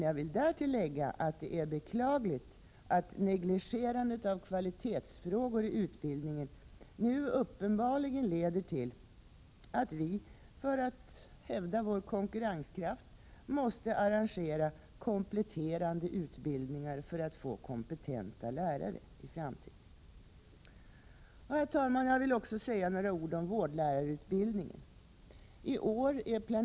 Jag vill därtill lägga att det är beklagligt att negligerandet av kvalitetsfrågor i utbildningen nu uppenbarligen leder till att vi för att hävda vår konkurrenskraft måste arrangera kompletterande utbildningar för att få kompetenta lärare i framtiden. Jag vill också säga några ord om vårdlärarutbildningen.